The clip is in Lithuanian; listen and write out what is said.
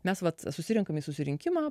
mes vat susirenkam į susirinkimą